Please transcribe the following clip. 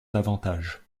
davantage